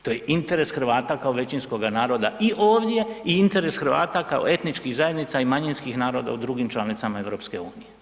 To je interes Hrvata kao većinskoga naroda i ovdje i interes Hrvata kao etničkih zajednica i manjinskih naroda u drugim članicama EU.